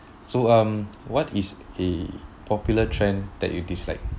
so um what is a popular trend that you dislike